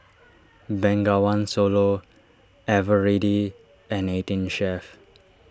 Bengawan Solo Eveready and eighteen Chef